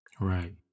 Right